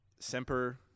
Semper